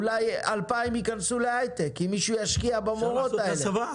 אולי 2,000 מהן ייכנסו להייטק אם מישהו ישקיע במורות האלה.